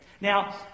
Now